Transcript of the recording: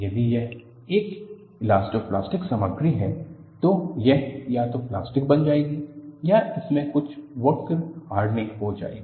यदि यह एक इलास्टोप्लास्टिक सामग्री है तो यह या तो प्लास्टिक बन जाएगी या इनमें कुछ वर्क हार्डनिंग हो जाएगी